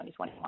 2021